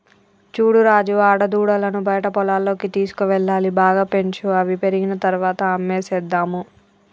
చూడు రాజు ఆడదూడలను బయట పొలాల్లోకి తీసుకువెళ్లాలి బాగా పెంచు అవి పెరిగిన తర్వాత అమ్మేసేద్దాము